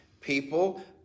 people